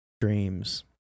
dreams